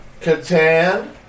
Catan